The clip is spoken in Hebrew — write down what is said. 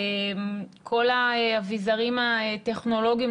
כל האביזרים הטכנולוגיים,